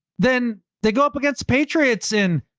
then they go up against patriots and